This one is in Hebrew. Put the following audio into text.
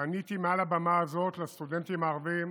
פניתי מעל הבמה הזאת לסטודנטים הערבים